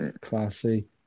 classy